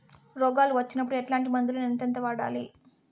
రోగాలు వచ్చినప్పుడు ఎట్లాంటి మందులను ఎంతెంత వాడాలి?